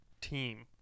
team